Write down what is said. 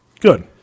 Good